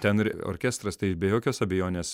ten ir orkestras tai be jokios abejonės